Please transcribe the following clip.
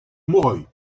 moreuil